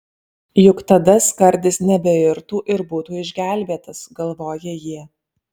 juk tada skardis nebeirtų ir būtų išgelbėtas galvoja jie